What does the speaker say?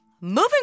Moving